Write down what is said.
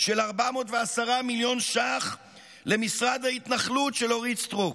של 410 מיליון ש"ח למשרד ההתנחלות של אורית סטרוק,